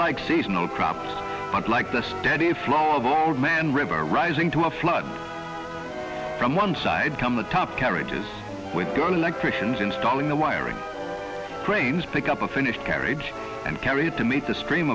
like seasonal crops but like the steady flow of all man river rising to a flood from one side come the top carriages with girl electricians installing the wiring cranes pick up a finished carriage and carry it to meet the stream